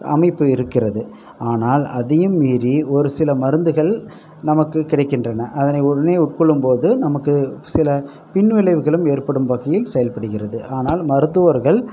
அமைப்பு இருக்கின்றது ஆனால் அதையும் மீறி ஒரு சில மருந்துகள் நமக்கு கிடைக்கின்றன அதனை உடனே உட்கொள்ளும் போது நமக்கு சில பின் விளைவுகளும் ஏற்படும் வகையில் செயல்படுகிறது ஆனால் மருத்துவார்கள்